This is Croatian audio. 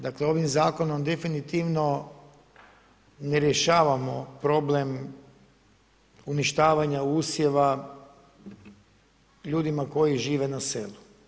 Dakle, ovim Zakonom definitivno ne rješavamo problem uništavanja usjeva ljudima koji žive na selu.